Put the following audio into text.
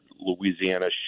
Louisiana